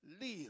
live